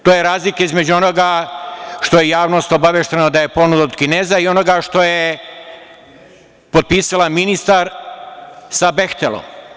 To je razlika između onoga što je javnost obaveštena da je ponuda od Kineza i onoga što je potpisala ministar sa „Behtelom“